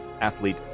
athlete